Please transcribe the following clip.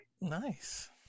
nice